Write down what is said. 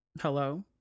Hello